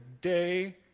day